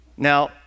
Now